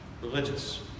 religious